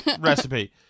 recipe